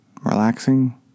Relaxing